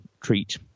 treat